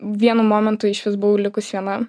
vienu momentu išvis buvau likus viena